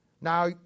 Now